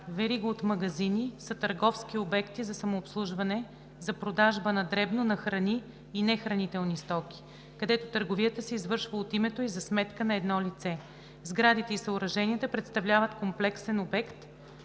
„Верига от магазини са търговски обекти за самообслужване, за продажба на дребно на храни и нехранителни стоки, където търговията се извършва от името и за сметка на едно лице. Сградите и съоръженията представляват комплексен обект,